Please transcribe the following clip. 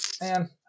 man